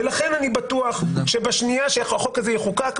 לכן אני בטוח שבשנייה שהחוק הזה יחוקק,